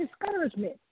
discouragement